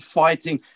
fighting